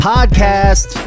Podcast